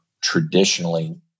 traditionally